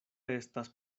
estas